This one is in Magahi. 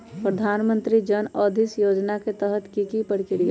प्रधानमंत्री जन औषधि योजना के तहत की की प्रक्रिया होई?